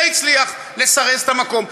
זה הצליח לסרס את המקום.